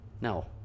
no